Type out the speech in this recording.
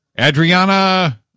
Adriana